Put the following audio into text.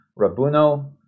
Rabuno